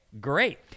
great